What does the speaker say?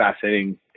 fascinating